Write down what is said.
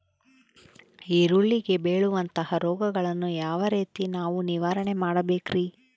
ಈರುಳ್ಳಿಗೆ ಬೇಳುವಂತಹ ರೋಗಗಳನ್ನು ಯಾವ ರೇತಿ ನಾವು ನಿವಾರಣೆ ಮಾಡಬೇಕ್ರಿ?